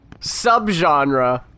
subgenre